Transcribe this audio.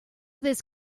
this